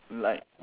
like